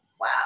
wow